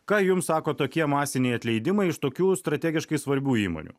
ką jums sako tokie masiniai atleidimai iš tokių strategiškai svarbių įmonių